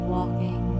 Walking